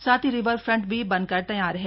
साथ ही river front भी बनकर तैयार है